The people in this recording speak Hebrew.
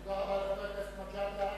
תודה רבה לחבר הכנסת מג'אדלה.